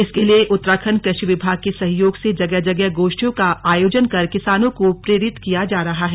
इसके लिए उत्तराखंड कृषि विभाग के सहयोग से जगह जगह गोष्ठियों का आयोजन कर किसानों को प्रेरित किया जा रहा है